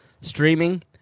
streaming